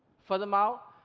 furthermore,